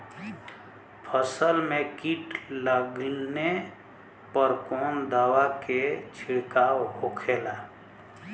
फसल में कीट लगने पर कौन दवा के छिड़काव होखेला?